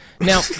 Now